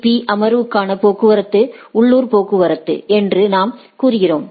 பீ அமர்வுக்கான போக்குவரத்து உள்ளூர் போக்குவரத்து என்று நாம் கூறுகிறோம்